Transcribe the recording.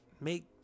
make